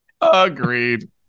Agreed